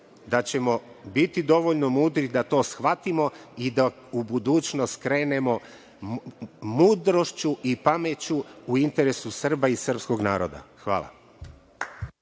da ćemo biti dovoljno mudri da to shvatimo i da u budućnost krenemo mudrošću i pameću u interesu Srba i sprskog naroda. Hvala.